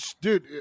Dude